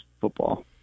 football